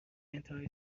انتهای